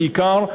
בעיקר,